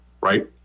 right